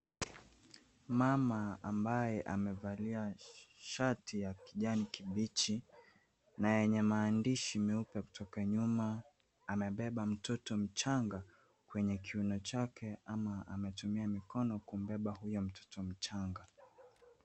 Mama ambaye amevalia shati ya kijani kibichi na yenye maandishi meupe kutoka nyuma amebeba mtoto mchanga kwenye kiuno chake ama ametumia mikono kumbeba huyo mtoto mchanga.